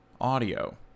audio